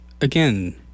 again